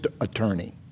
attorney